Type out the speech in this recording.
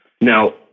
Now